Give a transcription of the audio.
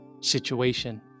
situation